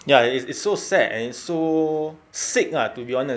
ya it it's so sad and so sick ah to be honest